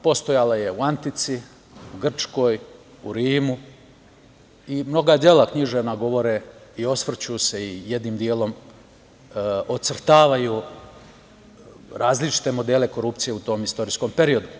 Postojala je u Antici, Grčkoj, u Rimu i mnoga dela književna govore i osvrću se, jednim delom ocrtavaju različite modele korupcije u tom istorijskom periodu.